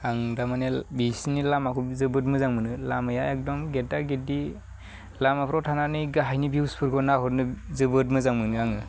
आं दा माने बेसिनि लामाखौ जोबोद मोजां मोनो लामाया एगदम गेददा गेददि लामाफ्राव थानानै गाहायनि भिउसफोरखौ नाहरनो जोबोर मोजां मोनो आङो